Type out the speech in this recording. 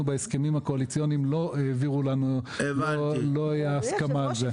בהסכמים הקואליציוניים לא הייתה הסכמה על זה.